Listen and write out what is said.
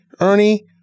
Ernie